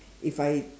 if I